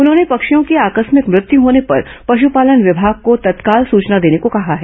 उन्होंने पक्षियों की आकस्मिक मृत्यु होने पर पश्पालन विभाग को तत्काल सूचना देने को कहा है